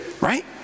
right